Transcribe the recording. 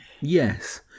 Yes